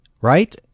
right